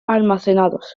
almacenados